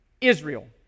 Israel